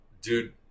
Dude